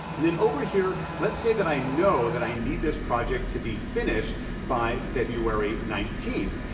and then over here, let's say that i know that i need this project to be finished by february nineteenth.